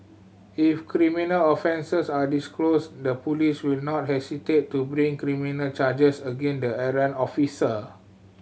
if criminal offences are disclosed the police will not hesitate to bring criminal charges again the errant officer